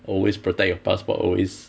always protect your passport always